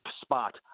spot